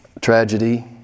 tragedy